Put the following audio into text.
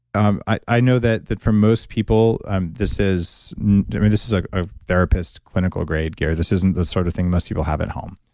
um i know that that for most people this is this is like a therapist, clinical grade, garrett, this isn't the sort of thing most people have at home.